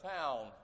town